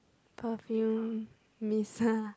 perfume mist